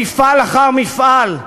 מפעל אחר מפעל,